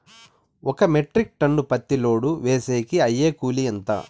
ఒక metric tonne పత్తిని load వేసేకి అయ్యే కూలి ఎంత?